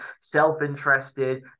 self-interested